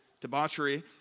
debauchery